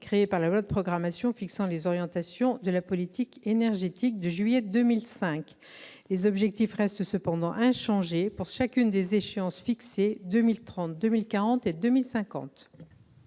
créés par la loi de programme fixant les orientations de la politique énergétique, de juillet 2005. Les objectifs resteraient inchangés pour chacune des échéances fixées, en 2030, 2040 et 2050.